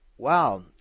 Wow